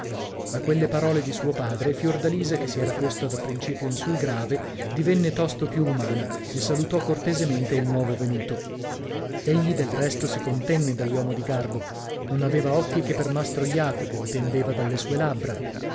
a quella parole di suo padre fiordalisa che si era posta da principio in sul grave divenne tosto più umana e salutò cortesemente il nuovo venuto egli del resto si contenne da uomo di garbo non aveva occhi che per mastro jacopo e pendeva dalle sue labbra